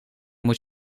moet